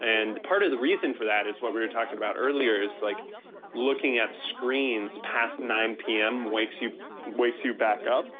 and part of the reason for that is what we were talking about earlier is like looking at screens past nine p m. wakes you wakes you back up.